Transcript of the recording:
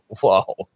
Whoa